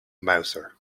mouser